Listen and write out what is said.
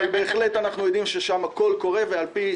אבל בהחלט אנחנו יודעים שעל פיו